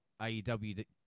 AEW